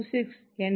173 5